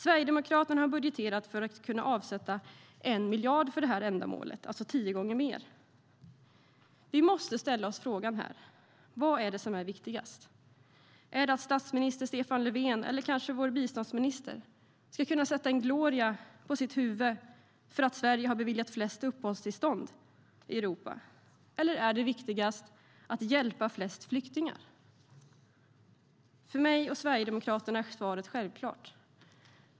Sverigedemokraterna har budgeterat för att kunna avsätta 1 miljard för detta ändamål, alltså tio gånger mer. Vi måste fråga oss vad som är viktigast. Är det att statsminister Stefan Löfven eller kanske vår biståndsminister ska kunna sätta en gloria på huvudet för att Sverige har beviljat flest uppehållstillstånd i Europa? Eller är det viktigast att hjälpa flest flyktingar? För mig och Sverigedemokraterna är svaret självklart.